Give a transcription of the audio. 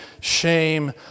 shame